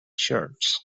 shirts